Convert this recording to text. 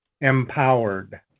empowered